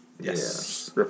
Yes